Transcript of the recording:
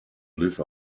live